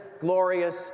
glorious